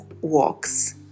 walks